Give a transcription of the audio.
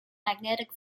magnetic